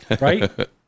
right